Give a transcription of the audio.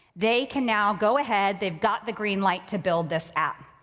they can now go ahead, they've got the green light to build this app.